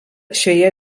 šioje